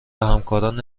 همکاران